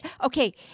okay